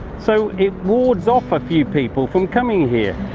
so it wards off a few people from coming here.